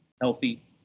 healthy